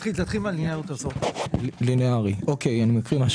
עוד רגע אני אפרט בדיוק את ההטבה - יקבל הטבת מס מאוד